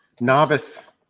novice